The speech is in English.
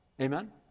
Amen